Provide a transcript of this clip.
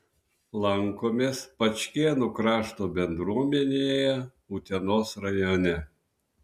lankomės pačkėnų krašto bendruomenėje utenos rajone